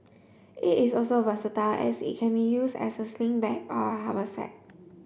it is also versatile as it can be use as a sling bag or haversack